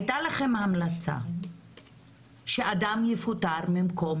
הייתה לכם המלצה שאדם יפוטר ממקום